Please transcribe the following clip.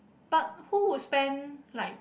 but who would spend like